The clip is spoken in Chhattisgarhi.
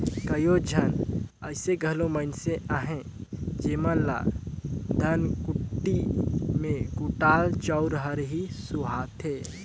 कइयो झन अइसे घलो मइनसे अहें जेमन ल धनकुट्टी में कुटाल चाँउर हर ही सुहाथे